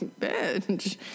bitch